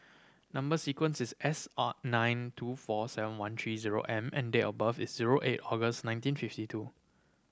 number sequence is S R nine two four seven one three zero M and date of birth is zero eight August nineteen fifty two